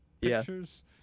pictures